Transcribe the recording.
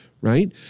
right